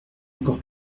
encore